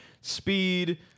Speed